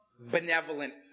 benevolent